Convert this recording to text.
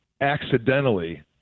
accidentally